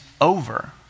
over